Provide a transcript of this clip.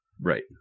Right